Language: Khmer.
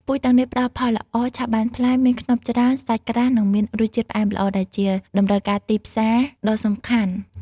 ពូជទាំងនេះផ្តល់ផលល្អ ឆាប់បានផ្លែ មានខ្នុបច្រើន សាច់ក្រាស់ និងមានរសជាតិផ្អែមល្អ ដែលជាតម្រូវការទីផ្សារដ៏សំខាន់។